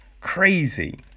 crazy